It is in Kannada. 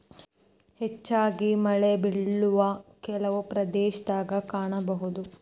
ಹೆಚ್ಚಾಗಿ ಮಳೆಬಿಳುವ ಕೆಲವು ಪ್ರದೇಶದಾಗ ಕಾಣಬಹುದ